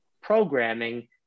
programming